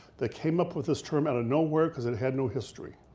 they came up with this term out of nowhere cause it had no history.